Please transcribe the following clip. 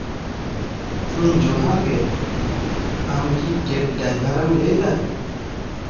ᱦᱮᱸ ᱡᱚᱦᱟᱨ ᱜᱮ ᱟᱢᱠᱤ ᱠᱮᱯ ᱰᱨᱟᱭᱵᱷᱟᱨ ᱮᱢ ᱞᱟᱹᱭ ᱫᱟ